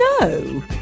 no